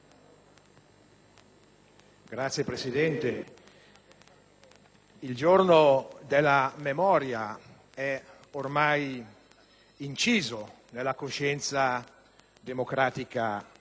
Signora Presidente, il Giorno della Memoria è ormai inciso nella coscienza democratica dei